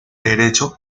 derecho